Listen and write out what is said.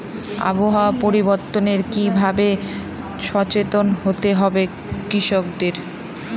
আবহাওয়া পরিবর্তনের কি ভাবে সচেতন হতে হবে কৃষকদের?